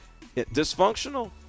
Dysfunctional